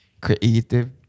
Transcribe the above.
creative